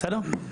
בסדר?